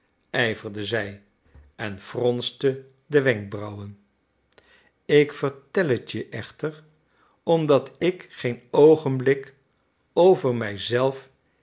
ijverde zij en fronste de wenkbrauwen ik vertel het je echter omdat ik geen oogenblik over